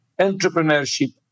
entrepreneurship